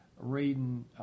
Reading